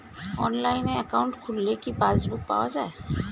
অনলাইনে একাউন্ট খুললে কি পাসবুক পাওয়া যায়?